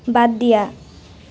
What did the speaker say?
বাদ দিয়া